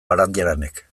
barandiaranek